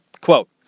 Quote